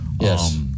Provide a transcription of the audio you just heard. Yes